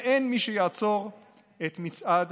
ואין מי שיעצור את מצעד